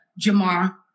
Jamar